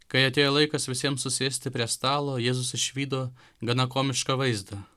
kai atėjo laikas visiems susėsti prie stalo jėzus išvydo gana komišką vaizdą